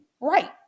Right